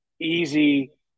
easy